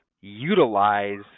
utilize